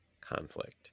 conflict